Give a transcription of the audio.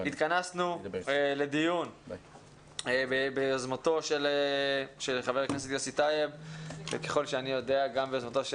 התכנסנו לדיון ביוזמתו של חבר הכנסת יוסי טייב וביוזמתו של